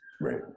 Right